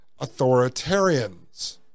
authoritarians